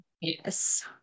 Yes